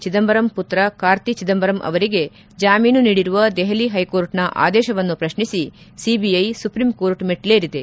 ಚಿದಂಬರಂ ಮತ್ರ ಕಾರ್ತಿ ಚಿದಂಬರಂ ಅವರಿಗೆ ಜಾಮೀನು ನೀಡಿರುವ ದೆಹಲಿ ಹೈಕೋರ್ಟ್ನ ಆದೇಶವನ್ನು ಶ್ರಶ್ನಿಸಿ ಸಿಬಿಐ ಸುಪ್ರೀಂಕೋರ್ಟ್ ಮೆಟ್ಟಿಲೇರಿದೆ